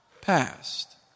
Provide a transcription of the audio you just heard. past